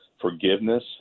forgiveness